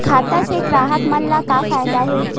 खाता से ग्राहक मन ला का फ़ायदा हे?